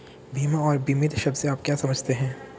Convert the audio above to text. बीमा और बीमित शब्द से आप क्या समझते हैं?